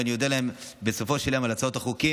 ואני אודה להם בסופו של יום על הצעות החוק.